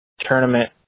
tournament